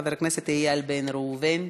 חבר הכנסת איל בן ראובן,